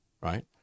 right